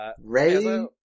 Ray